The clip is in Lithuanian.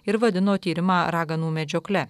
ir vadino tyrimą raganų medžiokle